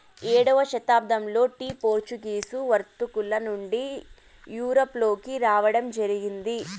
ఏడవ శతాబ్దంలో tea Portuguese వర్తకుల నుండి యూరప్ లోకి రావడం జరిగింది